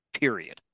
Period